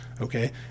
okay